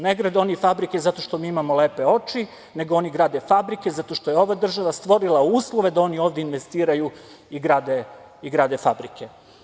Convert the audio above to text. Ne grade oni fabrike zato što mi imamo lepe oči nego oni grade fabrike zato što je ova država stvorila uslove da oni ovde investiraju i grade fabrike.